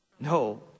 No